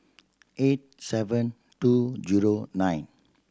eight seven two zero nine